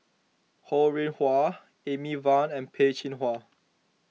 Ho Rih Hwa Amy Van and Peh Chin Hua